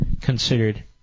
considered